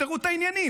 תפתרו את העניינים.